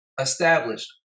Established